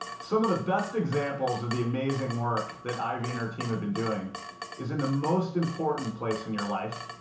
some of the best examples of the amazing work that ivy and her team have been doing is in the most important place in your life,